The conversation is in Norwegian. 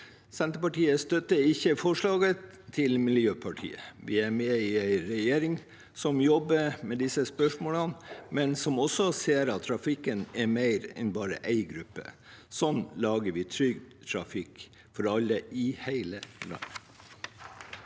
Senterpartiet støtter ikke dette forslaget fra Miljøpartiet De Grønne. Vi er med i en regjering som jobber med disse spørsmålene, men som også ser at trafikken omfatter mer enn bare én gruppe. Slik lager vi trygg trafikk for alle i hele landet.